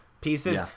Pieces